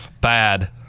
Bad